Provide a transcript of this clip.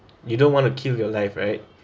you don't want to kill your life right